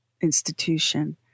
institution